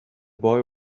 boy